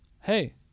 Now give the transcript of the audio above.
Hey